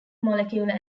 molecular